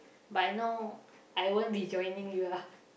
but I know I won't be joining you ah